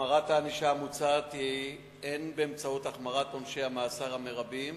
החמרת הענישה המוצעת היא הן באמצעות החמרת עונשי המאסר המרביים